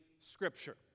Scripture